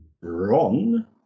Ron